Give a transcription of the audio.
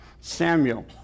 Samuel